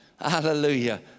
hallelujah